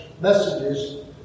messages